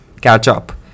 catch-up